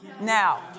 Now